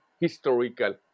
historical